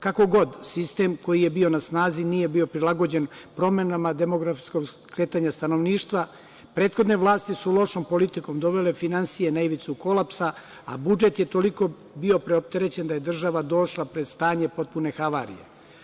Kako god, sistem koji je bio na snazi nije bio prilagođen promenama demografskog kretanja stanovništva, prethodne vlasti su lošom politikom dovele finansije na ivicu kolapsa, a budžet je toliko bio preopterećen da je država došla pred stanje potpune havarije.